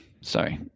Sorry